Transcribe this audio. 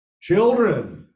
Children